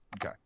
Okay